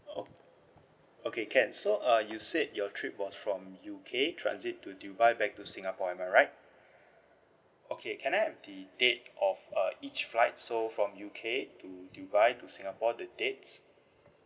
o~ okay can so uh you said your trip was from U_K transit to dubai back to singapore am I right okay can I have the date of uh each flight so from U_K to dubai to singapore the dates